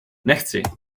nechci